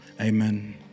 Amen